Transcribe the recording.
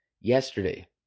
yesterday